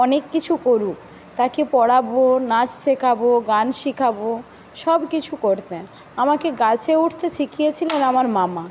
অনেক কিছু করুক তাকে পড়াবো নাচ শেখাবো গান শেখাবো সব কিছু করতেন আমাকে গাছে উঠতে শিখিয়েছিলেন আমার মামা